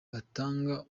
batanga